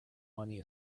money